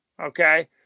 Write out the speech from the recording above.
Okay